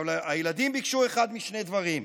הילדים ביקשו אחד משני דברים: